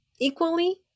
equally